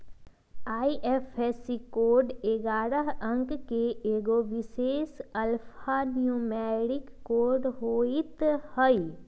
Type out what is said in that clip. IFSC code ऐगारह अंक के एगो विशेष अल्फान्यूमैरिक कोड होइत हइ